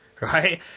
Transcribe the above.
right